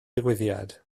digwyddiad